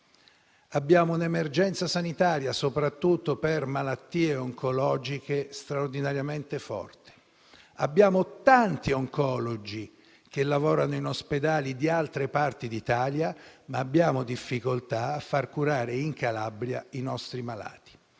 Abbiamo un'emergenza sanitaria, soprattutto per malattie oncologiche, straordinariamente forte. Abbiamo tanti oncologi che lavorano in ospedali di altre parti d'Italia, ma abbiamo difficoltà a far curare in Calabria i nostri malati.